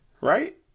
right